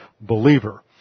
believer